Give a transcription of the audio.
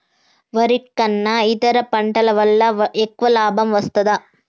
వరి కన్నా ఇతర పంటల వల్ల ఎక్కువ లాభం వస్తదా?